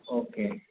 okay